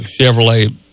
Chevrolet